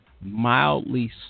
Mildly